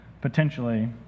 potentially